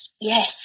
yes